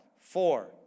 Four